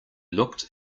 looked